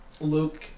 Luke